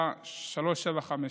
3756,